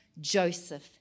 Joseph